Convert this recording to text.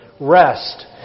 Rest